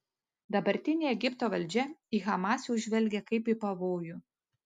dabartinė egipto valdžia į hamas jau žvelgia kaip į pavojų